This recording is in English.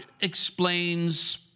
explains